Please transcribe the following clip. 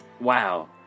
Wow